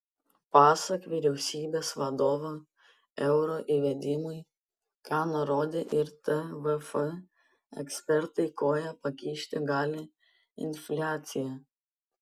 pasak vyriausybės vadovo euro įvedimui ką nurodė ir tvf ekspertai koją pakišti gali infliacija